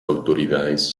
autoridades